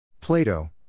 Plato